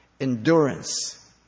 endurance